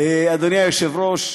אדוני היושב-ראש,